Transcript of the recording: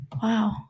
Wow